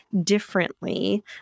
differently